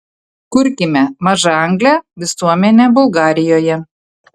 kurkime mažaanglę visuomenę bulgarijoje